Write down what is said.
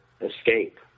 escape